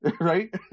Right